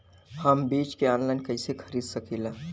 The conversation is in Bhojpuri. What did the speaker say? हम बीज के आनलाइन कइसे खरीद सकीला?